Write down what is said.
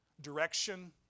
direction